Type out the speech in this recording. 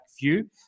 view